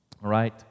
right